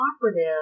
cooperative